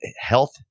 health